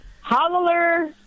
holler